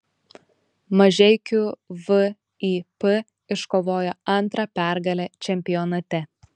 mažeikių vip iškovojo antrą pergalę čempionate